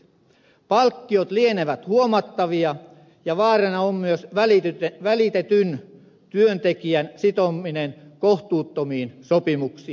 palkkiot lienevät huomattavia ja vaarana on myös välitetyn työntekijän sitominen kohtuuttomiin sopimuksiin